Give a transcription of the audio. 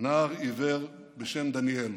נער עיוור בשם דניאל.